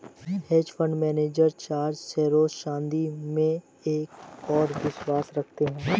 hedge fund manager George Soros चांदी में एक और विश्वास रखते हैं